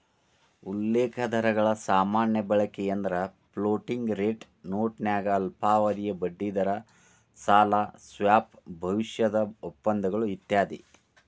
ಉಲ್ಲೇಖ ದರಗಳ ಸಾಮಾನ್ಯ ಬಳಕೆಯೆಂದ್ರ ಫ್ಲೋಟಿಂಗ್ ರೇಟ್ ನೋಟನ್ಯಾಗ ಅಲ್ಪಾವಧಿಯ ಬಡ್ಡಿದರ ಸಾಲ ಸ್ವಾಪ್ ಭವಿಷ್ಯದ ಒಪ್ಪಂದಗಳು ಇತ್ಯಾದಿ